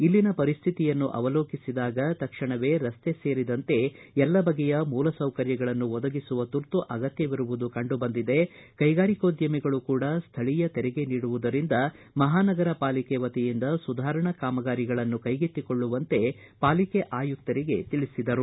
ಇಲ್ಲಿನ ಪರಿಸ್ವಿತಿಯನ್ನು ಅವಲೋಕಿಸಿದಾಗ ತಕ್ಷಣವೇ ರಸ್ತೆ ಸೇರಿದಂತೆ ಎಲ್ಲ ಬಗೆಯ ಮೂಲಸೌಕರ್ಯಗಳನ್ನು ಒದಗಿಸುವ ತುರ್ತು ಅಗತ್ಯವಿರುವುದು ಕಂಡುಬಂದಿದೆ ಕೈಗಾರಿಕೋದ್ಯಮಿಗಳು ಕೂಡ ಸ್ಥಳೀಯ ತೆರಿಗೆ ನೀಡುವುದರಿಂದ ಮಹಾನಗರ ಪಾಲಿಕೆ ವತಿಯಿಂದ ಕೂಡ ಸುಧಾರಣಾ ಕಾಮಗಾರಿಗಳನ್ನು ಕೈಗೆತ್ತಿಕೊಳ್ಳುವಂತೆ ಪಾಲಕೆ ಆಯುಕ್ತರಿಗೆ ತಿಳಿಸಿದರು